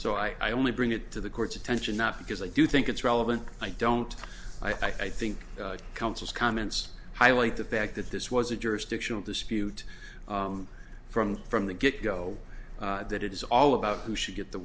so i only bring it to the court's attention not because i do think it's relevant i don't i think counsel's comments highlight the fact that this was a jurisdictional dispute from from the get go that it is all about who should get the